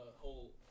whole